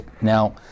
Now